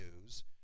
news